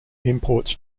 imports